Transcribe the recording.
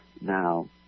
Now